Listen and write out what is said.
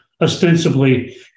ostensibly